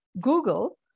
Google